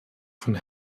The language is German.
von